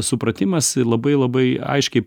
supratimas labai labai aiškiai